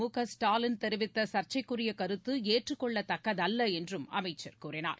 முகஸ்டாலின் தெரிவித்த சர்ச்சைக்குரிய கருத்து ஏற்றுக்கொள்ளத்தக்கதல்ல என்றும் அமைச்சர் கூறினார்